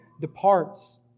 departs